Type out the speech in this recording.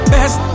Best